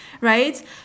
right